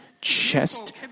chest